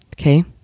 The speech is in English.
Okay